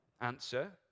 Answer